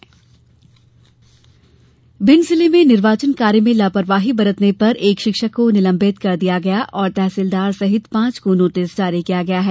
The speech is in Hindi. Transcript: चुनाव लापरवाही भिंड जिले में निर्वाचन कार्य में लापरवाही बरतने पर एक शिक्षक को निलंबित कर दिया गया और तहसीलदार सहित पांच को नोटिस जारी किया गया है